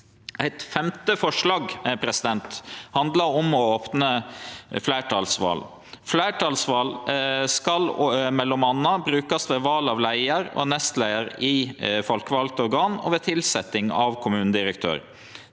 Eit femte forslag handlar om å opne fleirtalsval. Fleirtalsval skal m.a. brukast ved val av leiar og nestleiar i folkevalde organ og ved tilsetjing av kommunedirektør.